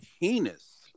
heinous